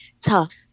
tough